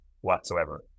whatsoever